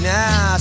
now